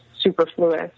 superfluous